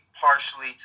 partially